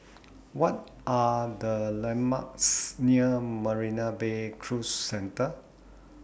What Are The landmarks near Marina Bay Cruise Centre